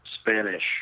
Spanish